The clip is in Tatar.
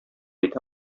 итә